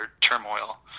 turmoil